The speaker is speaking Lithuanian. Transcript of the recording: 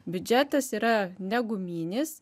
biudžetas yra ne guminis